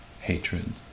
hatred